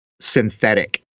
Synthetic